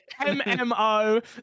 MMO